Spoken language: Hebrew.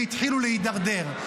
והתחילו להידרדר.